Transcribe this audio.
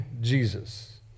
Jesus